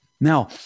Now